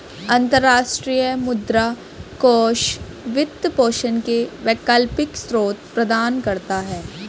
अंतर्राष्ट्रीय मुद्रा कोष वित्त पोषण के वैकल्पिक स्रोत प्रदान करता है